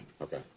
Okay